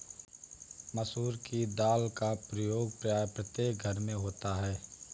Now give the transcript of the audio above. मसूर की दाल का प्रयोग प्रायः प्रत्येक घर में होता है